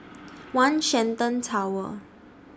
one Shenton Tower